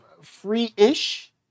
free-ish